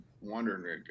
wondering